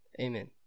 Amen